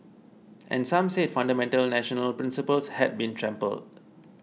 and some said fundamental national principles had been trampled